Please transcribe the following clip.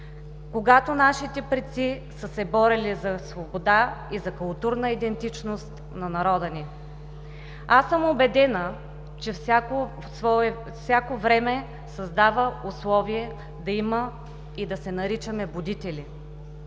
когато нашите предци са се борили за свобода и за културна идентичност на народа ни? Аз съм убедена, че всяко време създава условия да има и да се наричаме „будители“!